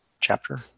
chapter